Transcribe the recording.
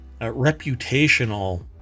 reputational